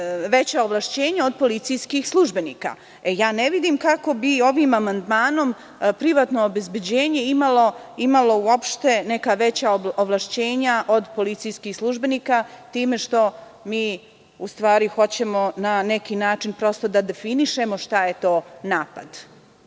veća ovlašćenja od policijskih službenika. Ne vidim kako bi ovim amandmanom privatno obezbeđenje imalo uopšte neka veća ovlašćenja od policijskih službenika time što mi u stvari hoćemo na neki način prosto da definišemo šta je to napad.